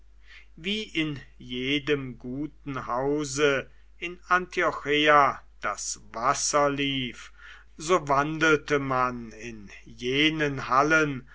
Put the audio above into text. wie in jedem guten hause in antiocheia das wasser lief so wandelte man in jenen hallen